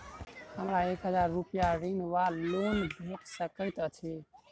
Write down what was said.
हमरा एक हजार रूपया ऋण वा लोन भेट सकैत अछि?